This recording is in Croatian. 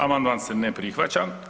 Amandman se ne prihvaća.